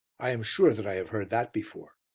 i am sure that i have heard that before.